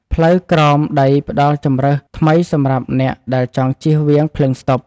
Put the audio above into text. ផ្លូវក្រោមដីផ្ដល់ជម្រើសថ្មីសម្រាប់អ្នកដែលចង់ជៀសវាងភ្លើងស្តុប។